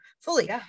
fully